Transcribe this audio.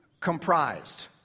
comprised